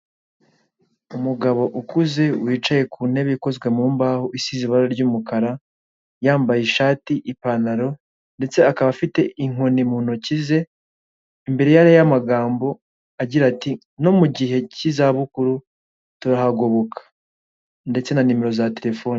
Umugabo ukuze wicaye ku ntebe ikozwe mu mbaho isize ibara ry'umukara yambaye ishati ipantaro, ndetse akaba afite inkoni mu ntoki ze imbere yari yamagambo agira ati “no mu gihe cy'izabukuru turahagoboka" ndetse na nimero za telefone.